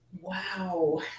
Wow